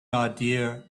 idea